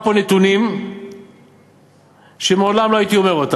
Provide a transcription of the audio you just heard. על זה שאני הולך לומר פה נתונים שלעולם לא הייתי אומר אותם,